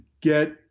get